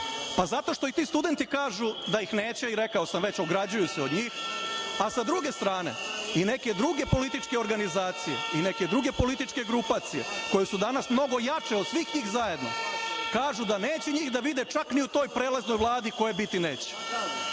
Zato što i ti studenti kažu da ih neće i rekao sam već, ograđuju se od njih, a sa druge strane, i neke druge političke organizacije i neke druge političke grupacije koje su danas mnogo jače od svih njih zajedno kažu da neće njih da vide čak ni u toj prelaznoj vladi, koje biti neće.